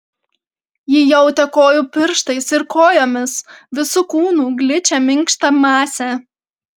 ji jautė kojų pirštais ir kojomis visu kūnu gličią minkštą masę